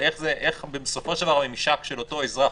איך בסופו של דבר המימשק של אותו אזרח,